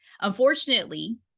Unfortunately